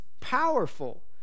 powerful